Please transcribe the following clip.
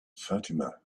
fatima